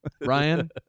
Ryan